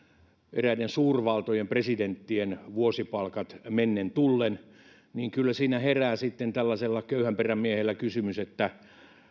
eräiden suurvaltojen presidenttien vuosipalkat mennen tullen niin kyllä siinä herää sitten tällaisella köyhänperän miehellä kysymys että